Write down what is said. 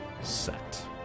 set